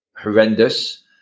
Horrendous